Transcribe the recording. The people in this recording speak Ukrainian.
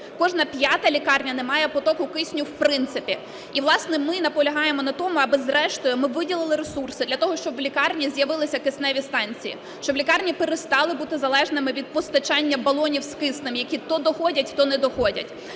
кожна п'ята лікарня не має потоку кисню в принципі. І власне ми наполягаємо на тому, аби зрештою ми виділили ресурси для того, щоб в лікарнях з'явилися кисневі станції, щоб лікарні перестали бути залежними від постачання балонів з киснем, які то доходять, то не доходять.